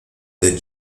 the